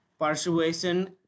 persuasion